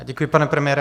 Děkuji, pane premiére.